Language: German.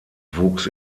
wuchs